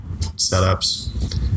setups